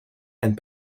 and